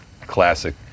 classic